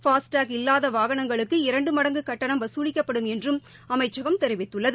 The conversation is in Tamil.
பாஸ் டாக் இல்லாத வாகனங்களுக்கு இரண்டு மடங்கு கட்டணம் வசூலிக்கப்படும் என்றும் அமைச்சகம் தெரிவித்துள்ளது